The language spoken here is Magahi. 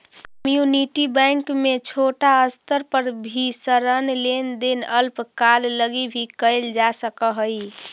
कम्युनिटी बैंक में छोटा स्तर पर भी ऋण लेन देन अल्पकाल लगी भी कैल जा सकऽ हइ